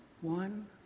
one